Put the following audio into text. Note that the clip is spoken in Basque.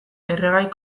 erregai